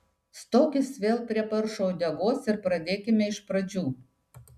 stokis vėl prie paršo uodegos ir pradėkime iš pradžių